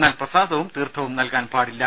എന്നാൽ പ്രസാദവും തീർത്ഥവും നൽകാൻ പാടില്ല